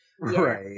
Right